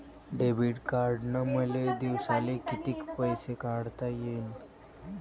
Debit कार्डनं मले दिवसाले कितीक पैसे काढता येईन?